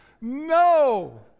No